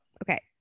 Okay